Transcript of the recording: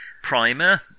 Primer